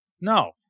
No